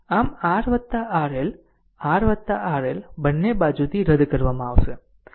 આમ RRL RRL બંને બાજુથી રદ કરવામાં આવશે